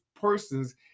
persons